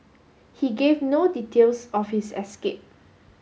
he gave no details of his escape